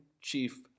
Chief